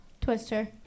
Twister